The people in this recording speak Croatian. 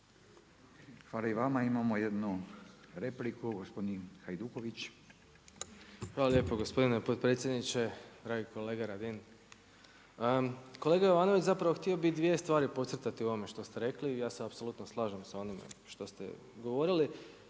Hvala i vama. Imamo jednu repliku, gospodin Hajduković. **Hajduković, Domagoj (SDP)** Hvala lijepa gospodine potpredsjedniče, dragi kolega Radin. Kolega Jovanović, zapravo htio bi dvije stvari podcrtati u ovome što ste rekli. Ja se apsolutno slažem sa onime što ste govorili,